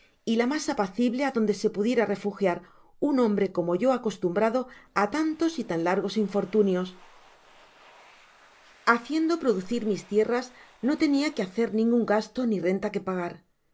y la mas apacible adonde se pudiera refugiar un hombre como yo acostumbrado á tantos y tan largos infortunios haciendo producir mis tierras no tenia que hacer ningun gasto ni renta que pagar